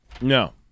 No